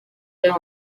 there